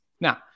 Now